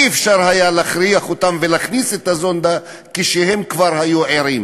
לא היה אפשר להכריח אותם ולהכניס את הזונדה כשהם כבר היו ערים.